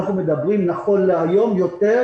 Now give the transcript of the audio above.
נכון להיום, יותר